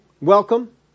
welcome